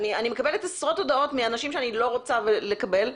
אני מקבלת עשרות הודעות מאנשים שאני לא רוצה לקבל מהם,